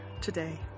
today